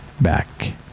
back